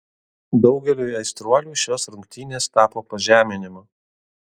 daugeliui aistruolių šios rungtynės tapo pažeminimu